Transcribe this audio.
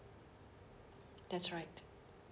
that's right